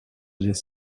this